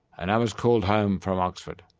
and i was called home from oxford.